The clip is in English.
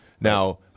Now